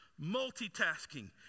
multitasking